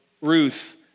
Ruth